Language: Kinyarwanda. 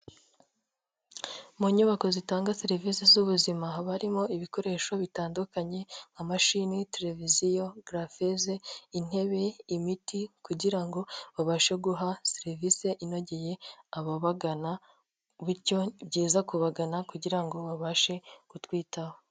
Mu nyubako zitanga serivisi z'ubuzima. Haba harimo ibikoresho bitandukanye nka mashini, televiziyo, garafeze, intebe, imiti, kugira babashe guha serivisi inogeye ababagana, bityo ni byiza kubagana kugira ngo babashe kutwitaho.